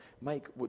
Mike